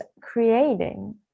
creating